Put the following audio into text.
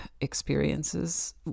experiences